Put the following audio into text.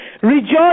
Rejoice